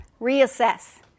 reassess